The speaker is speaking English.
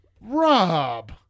Rob